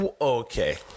Okay